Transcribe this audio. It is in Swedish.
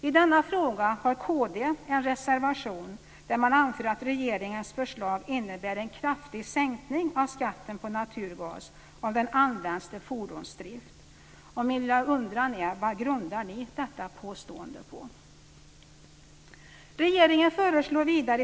I denna fråga har kd en reservation där man anför att regeringens förslag innebär en kraftig sänkning av skatten på naturgas om den används till fordonsdrift. Min lilla undran är: Vad grundar ni detta påstående på?